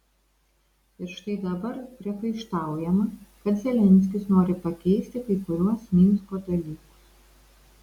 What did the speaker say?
ir štai dabar priekaištaujama kad zelenskis nori pakeisti kai kuriuos minsko dalykus